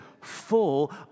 full